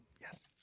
Yes